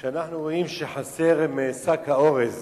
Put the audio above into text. כשאנחנו רואים שחסר בשק האורז